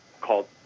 called